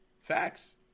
facts